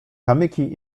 kamyki